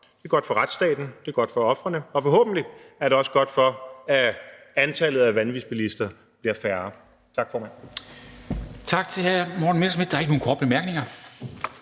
Det er godt for retsstaten, det er godt for ofrene, og forhåbentlig er det også godt, i forhold til at antallet af vanvidsbilister bliver færre. Tak, formand.